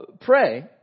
pray